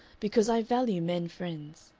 because i value men friends.